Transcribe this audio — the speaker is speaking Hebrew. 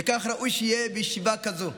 וכך ראוי שיהיה בישיבה כזאת.